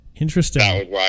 interesting